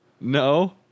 No